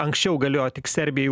anksčiau galiojo tik serbijai